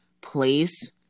place